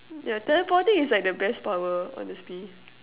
yeah telephoning is at the best power honestly